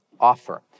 offer